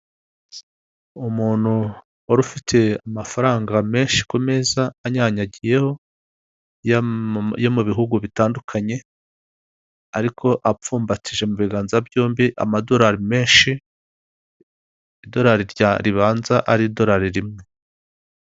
Umuntu wari ufite amafaranga menshi ku meza anyanyagiyeho, yo mu bihugu bitandukanye, ariko apfumbatije mu biganza byombi amadorari menshi, idorari ribanza ari idorari rimwe.